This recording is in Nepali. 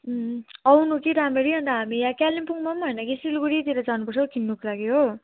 आउनु कि रामरी अन्त हामी यहाँ कालिम्पोङमा पनि होइन कि सिलगढीतिर जानु पर्छ हौ किन्नुको लागि हो